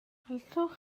allwch